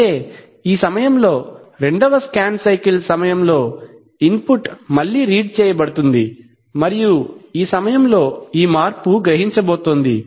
అయితే ఈ సమయంలో రెండవ స్కాన్ సైకిల్ సమయం లో ఇన్పుట్ మళ్ళీ రీడ్ చేయబడుతుంది మరియు ఈ సమయంలో ఈ మార్పు గ్రహించబోతోంది